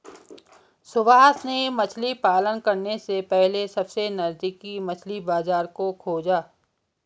सुभाष ने मछली पालन करने से पहले सबसे नजदीकी मछली बाजार को खोजा